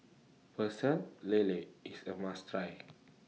Pecel Lele IS A must Try